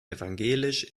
evangelisch